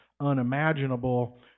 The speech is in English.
unimaginable